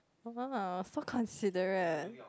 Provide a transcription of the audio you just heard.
!wah! so considerate